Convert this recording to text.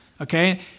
okay